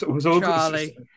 Charlie